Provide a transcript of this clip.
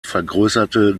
vergrößerte